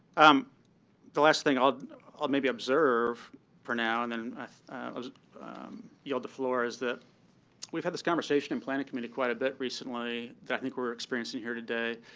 um the last thing i'll i'll maybe observe for now, and then i yield the floor, is that we've had this conversation in planning committee quite a bit recently that i think we're experiencing here today.